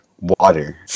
Water